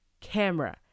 Camera